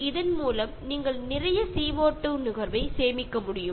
അതിലൂടെ ധാരാളം കാർബൺഡൈഓക്സൈഡ് ഉണ്ടാകുന്നത് തടയാൻ കഴിയുന്നു